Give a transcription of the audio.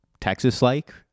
Texas-like